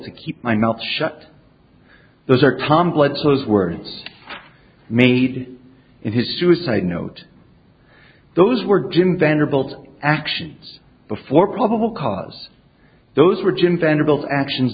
to keep my mouth shut those are tom bledsoe's words made in his suicide note those were jim vanderbilt actions before probable cause those were jim vanderbilt actions